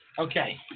Okay